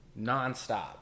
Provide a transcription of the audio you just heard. nonstop